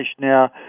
Now